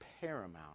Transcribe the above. paramount